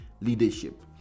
Leadership